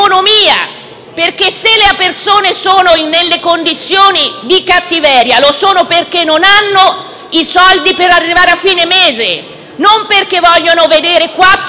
Se infatti le persone sono in condizioni di cattiveria, lo sono perché non hanno i soldi per arrivare a fine mese e non perché vogliono vedere